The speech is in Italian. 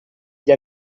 gli